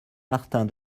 martin